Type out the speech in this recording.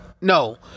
No